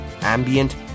ambient